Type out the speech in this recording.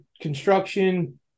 construction